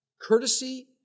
courtesy